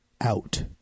out